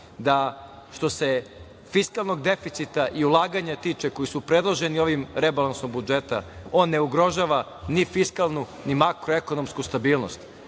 da, što se fiskalnog deficita i ulaganja tiče, koji su predloženi ovim rebalansom budžeta, on ne ugrožava ni fiskalnu, ni makroekonomsku stabilnost